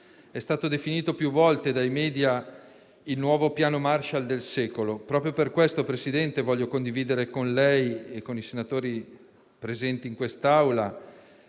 è stato definito più volte dai *media* il nuovo piano Marshall del secolo. Proprio per questo, signor Presidente, voglio condividere con lei e con i senatori presenti in quest'Aula